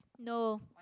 no